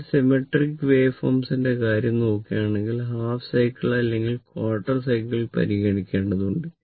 എന്നാൽ symmetric wave ഫോംസിന്റെ കാര്യം നോക്കുകയാണെങ്കിൽ ഹാഫ് സൈക്കിൾ അല്ലെങ്കിൽ ക്വാർട്ടർ സൈക്കിൾ പരിഗണിക്കേണ്ടതുണ്ട്